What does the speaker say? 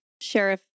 Sheriff